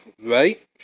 right